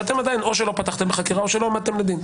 ואתם עדיין או שלא פתחתם בחקירה או שלא העמדתם לדין.